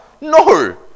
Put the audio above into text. No